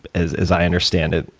as as i understand it,